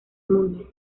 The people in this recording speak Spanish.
mundo